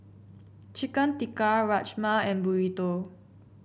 Chicken Tikka Rajma and Burrito